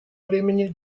времени